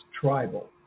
tribal